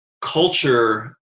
culture